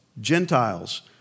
Gentiles